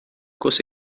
کوس